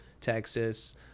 Texas